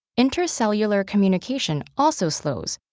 intercellular communication also slows,